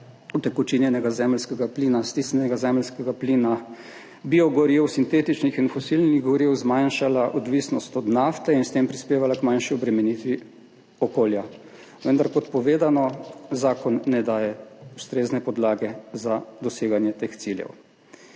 utekočinjenega zemeljskega plina, stisnjenega zemeljskega plina, biogoriv, sintetičnih in fosilnih goriv, zmanjšala odvisnost od nafte in s tem prispevala k manjši obremenitvi okolja. Vendar, kot povedano, zakon ne daje ustrezne podlage za doseganje teh ciljev.